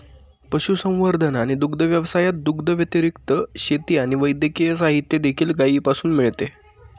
पशुसंवर्धन आणि दुग्ध व्यवसायात, दुधाव्यतिरिक्त, शेती आणि वैद्यकीय साहित्य देखील गायीपासून मिळते